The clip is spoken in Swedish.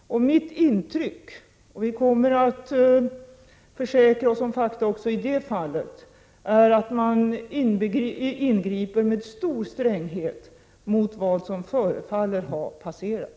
Mitt intryck är — och vi kommer att försäkra oss om fakta också i det fallet — att man ingriper med stor stränghet mot vad som förefaller ha passerat.